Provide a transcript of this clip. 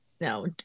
No